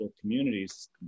communities